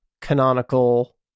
canonical